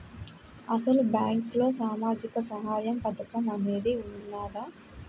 అసలు బ్యాంక్లో సామాజిక సహాయం పథకం అనేది వున్నదా?